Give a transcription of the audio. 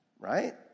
Right